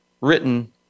written